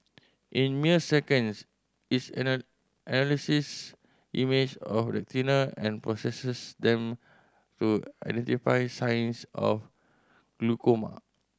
in mere seconds it analyses image of retina and processes them to identify signs of glaucoma